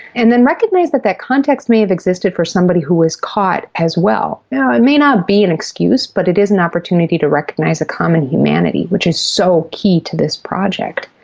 and then recognise that that context may have existed for somebody who was caught as well. it and may not be an excuse, but it is an opportunity to recognise a common humanity, which is so key to this project.